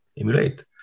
Emulate